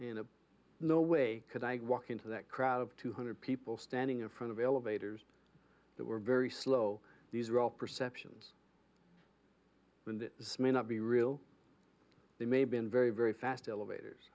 a no way could i walk into that crowd of two hundred people standing in front of elevators that were very slow these are all perceptions and the smell not be real they may have been very very fast elevators